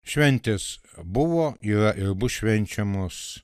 šventės buvo yra ir bus švenčiamos